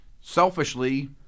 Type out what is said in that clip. Selfishly